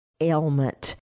ailment